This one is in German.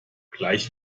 gleich